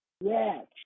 Yes